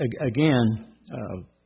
again